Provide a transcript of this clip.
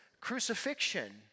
crucifixion